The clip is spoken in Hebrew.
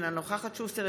אינה נוכחת אלון שוסטר,